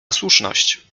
słuszność